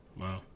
Wow